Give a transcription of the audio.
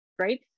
right